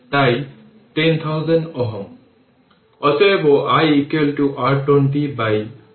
সুতরাং এই কারণেই এই i t i L 1 1 4 অর্থাৎ 1 5 i L t